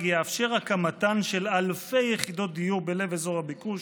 יאפשר הקמתן של אלפי יחידות דיור בלב אזור הביקוש,